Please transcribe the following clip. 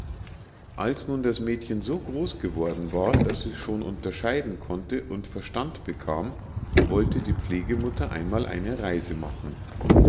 als nun das mädchen so groß geworden war daß es schon unterscheiden konnte und verstand bekam wollte die pflegemutter einmal eine reise machen